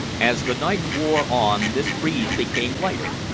as the night wore on this breeze became lighter,